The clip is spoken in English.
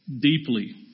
deeply